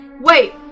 Wait